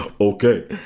Okay